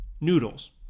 noodles